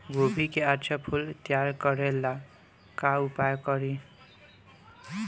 गोभी के अच्छा फूल तैयार करे ला का उपाय करी?